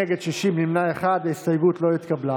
ההסתייגות (54)